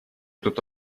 тут